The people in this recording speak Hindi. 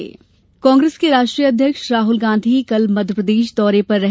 राहुल यात्रा कांग्रेस के राष्ट्रीय अध्यक्ष राहुल गांधी कल मध्यप्रदेश दौरे पर हैं